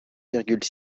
virgule